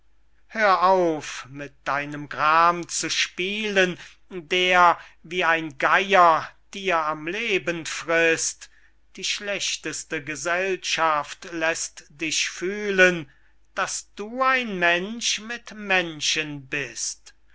hör auf mit deinem gram zu spielen der wie ein geyer dir am leben frißt die schlechteste gesellschaft läßt dich fühlen daß du ein mensch mit menschen bist